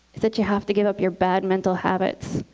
that you had to give up your bad mental habits.